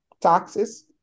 taxes